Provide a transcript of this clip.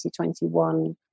2021